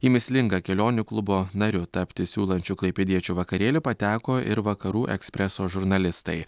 į mįslingą kelionių klubo nariu tapti siūlančių klaipėdiečių vakarėlį pateko ir vakarų ekspreso žurnalistai